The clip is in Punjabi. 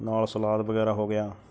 ਨਾਲ ਸਲਾਦ ਵਗੈਰਾ ਹੋ ਗਿਆ